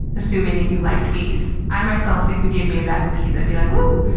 assuming that you liked bees. i myself, if you gave me a bag of bees, i'd be like, woo!